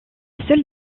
seul